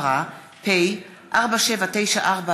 (ביטול הוועדה הארצית המייעצת לענייני סיעוד),